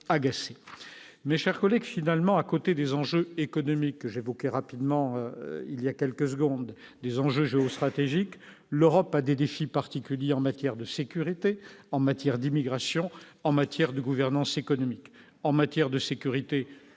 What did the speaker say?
mes chers collègues, finalement, à côté des enjeux économiques que j'évoquais rapidement, il y a quelques secondes des enjeux géostratégiques, l'Europe a des défis particuliers en matière de sécurité en matière d'immigration en matière de gouvernance économique en matière de sécurité beaucoup